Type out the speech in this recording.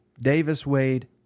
Davis-Wade